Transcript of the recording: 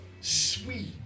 sweet